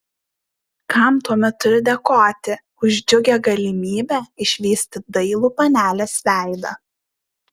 kam tuomet turiu dėkoti už džiugią galimybę išvysti dailų panelės veidą